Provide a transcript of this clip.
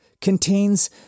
contains